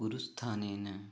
गुरुस्थानेन